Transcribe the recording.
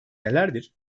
nelerdir